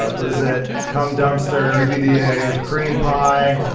ah what does it come dumpster vd a cream pie?